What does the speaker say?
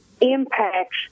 impacts